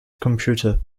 computer